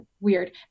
Weird